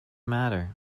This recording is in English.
matter